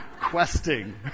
questing